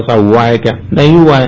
ऐसा हुआ है क्या नहीं हुआ है